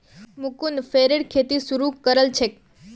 मुकुन्द फरेर खेती शुरू करल छेक